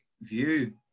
view